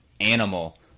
animal